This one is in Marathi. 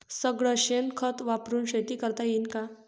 सगळं शेन खत वापरुन शेती करता येईन का?